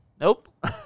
Nope